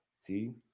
see